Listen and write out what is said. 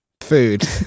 food